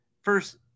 First